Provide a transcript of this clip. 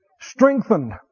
strengthened